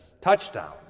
Touchdown